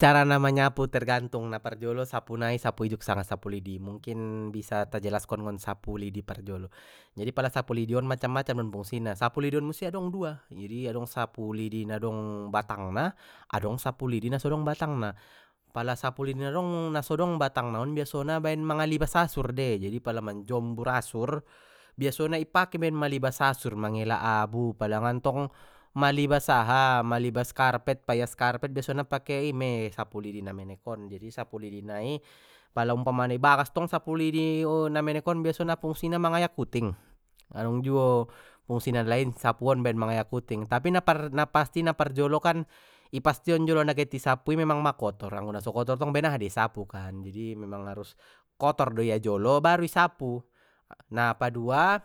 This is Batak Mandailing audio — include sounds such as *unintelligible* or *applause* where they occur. Carana manyapu tergantung na parjolo sapu nai sapu ijuk sanga sapu lidi, mungkin bisa ta jelaskon ngon sapu lidi parjolo jadi pala sapu lidi on macam macam don fungsina sapu lidi on muse adong dua jadi adong sapu lidi na dong batang na adong sapu lidi na sodong batang na pala sapulidi na dong-na sodong batang na on biasona baen malibas asur dei jadi pala manjombur asur biasona di pake baen ma libas asur baen mangela abu palanga ntong malibas aha malibas karpet paias karpet biasona pake i me sapu lidi na menek on jadi sapu lidi nai, pala umpamana i bagas tong sapu lidi *hesitation* na menek on biasona fungsina mangayak uting adong juo fungsi na nalain sapuon baen mangayak uting tapi *unintelligible* na pastina naparjolokan i pastion jolo na get i sapui memang ma kotor, anggo naso kotor tong baen aha dei i sapu kan jadi memang harus kotor do ia jolo baru i sapu na padua